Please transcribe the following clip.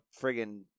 friggin